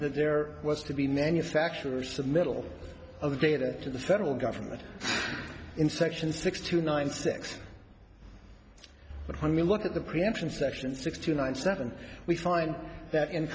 there was to be manufacturers of middle of the data to the federal government in section six to nine six but when you look at the preemption section sixty nine seven we find that in